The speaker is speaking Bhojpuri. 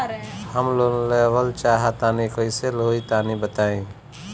हम लोन लेवल चाह तनि कइसे होई तानि बताईं?